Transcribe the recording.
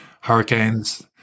Hurricanes